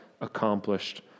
accomplished